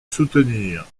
soutenir